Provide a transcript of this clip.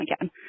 again